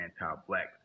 anti-black